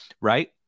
Right